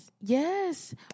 Yes